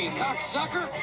cocksucker